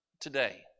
today